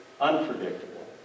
unpredictable